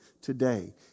today